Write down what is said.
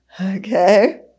Okay